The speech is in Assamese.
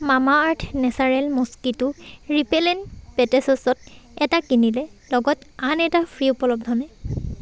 মামা আৰ্থ নেচাৰেল মস্কিটো ৰিপেলেণ্ট পেট্ছেছত এটা কিনিলে লগত আন এটা ফ্ৰী উপলব্ধনে